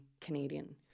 Canadian